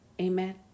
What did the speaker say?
Amen